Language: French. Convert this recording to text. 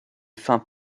fins